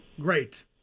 Great